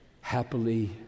happily